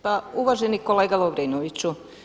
Pa uvaženi kolega Lovirnoviću.